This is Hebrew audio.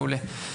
מעולה.